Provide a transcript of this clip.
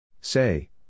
Say